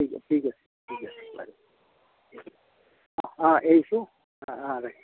ঠিক আছে ঠিক আছে ঠিক আছে বাৰু অঁ অঁ এৰিছোঁ অঁ অঁ ৰাখিছোঁ